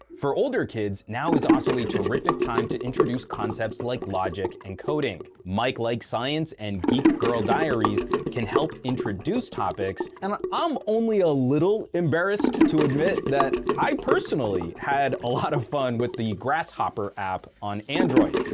for older kids, now is also a terrific time to introduce concepts like logic and coding. mike likes science and geek gurl diaries can help introduce topics, and i'm um only a little embarrassed to to admit that i personally had a lot of fun with the grasshopper app on android,